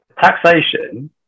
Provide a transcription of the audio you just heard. Taxation